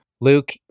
Luke